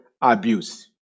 abuse